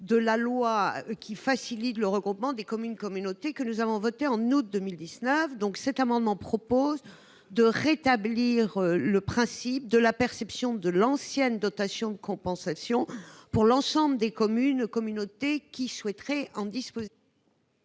de la loi, qui facilite le regroupement de communes-communautés, et que nous avons votée en août 2019. Le présent amendement vise à rétablir le principe de la perception de l'ancienne dotation de compensation de l'EPCI, supprimée, pour l'ensemble des communes-communautés qui souhaiteraient en disposer.